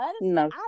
No